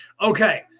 Okay